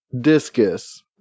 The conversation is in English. Discus